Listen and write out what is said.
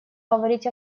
говорить